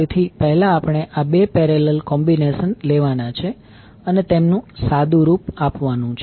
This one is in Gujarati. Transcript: તેથી પહેલા આપણે આ બે પેરેલલ કોમ્બીનેશન લેવાના છે અને તેમનું સાદું રૂપ આપવાનું છે